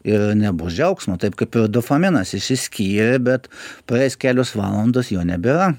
ir nebus džiaugsmo taip kaip ir dopaminas išsiskyrė bet praėjus kelios valandos jo nebėra